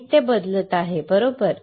साहित्य बदलत आहे बरोबर